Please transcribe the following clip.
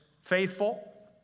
faithful